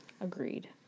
Agreed